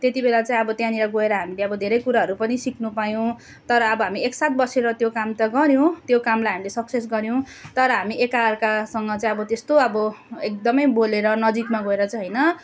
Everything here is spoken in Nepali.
त्यति बेला चाहिँ अब त्यहाँनिर गएर हामीले अब धेरै कुराहरू पनि सिक्नु पायौँ तर अब हामी एकसाथ बसेर त्यो काम त्यो काम त गऱ्यौँ त्यो कामलाई हामीले सक्सेस गऱ्यौँ तर हामी एक अर्कासँग चाहिँ अब त्यस्तो अब एकदमै बोलेर नजिकमा गएर चाहिँ होइन